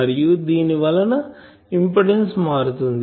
మరియు దీని వలన ఇంపిడెన్సు మారుతుంది